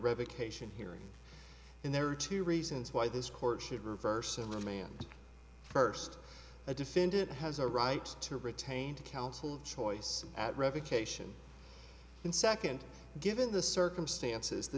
revocation hearing and there are two reasons why this court should reverse and remain first a defendant has a right to retained counsel of choice at revocation and second given the circumstances the